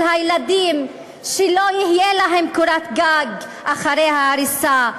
הילדים שלא תהיה להם קורת גג אחרי ההריסה.